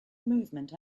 movement